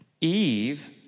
Eve